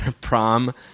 prom